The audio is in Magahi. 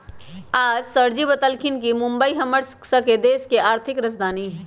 आज सरजी बतलथिन ह कि मुंबई हम्मर स के देश के आर्थिक राजधानी हई